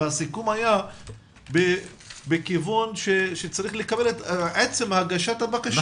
והסיכום היה בכיוון שצריך לקבל את עצם הגשת הבקשה